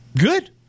Good